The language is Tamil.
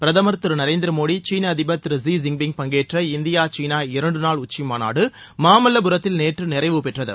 பிரதமர் திரு நரேந்திர மோடி சீன அதிபர் திரு ஷி ஜின்பிங் பங்கேற்ற இந்தியா சீனா இரண்டு நாள் உச்சிமாநாடு மாமல்லபுரத்தில் நேற்று நிறைவு பெற்றது